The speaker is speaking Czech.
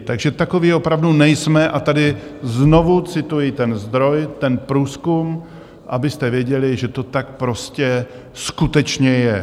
Takže takoví opravdu nejsme a tady znovu cituji ten zdroj, ten průzkum, abyste věděli, že to tak prostě skutečně je.